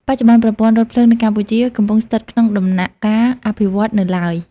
បច្ចុប្បន្ន ប្រព័ន្ធរថភ្លើងនៅកម្ពុជាកំពុងស្ថិតក្នុងដំណាក់កាលអភិវឌ្ឍនៅឡើយ។